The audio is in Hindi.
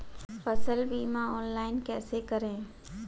फसल बीमा ऑनलाइन कैसे करें?